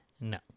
No